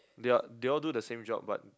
they all they all do the same job but